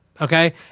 okay